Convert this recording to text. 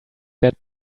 that